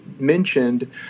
mentioned